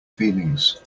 feelings